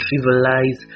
trivialize